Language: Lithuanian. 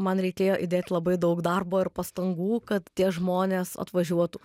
man reikėjo įdėt labai daug darbo ir pastangų kad tie žmonės atvažiuotų